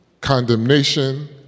condemnation